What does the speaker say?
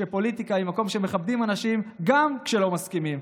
שפוליטיקה היא מקום שמכבדים אנשים גם כשלא מסכימים,